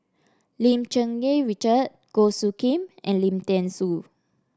Lim Cherng Yih Richard Goh Soo Khim and Lim Thean Soo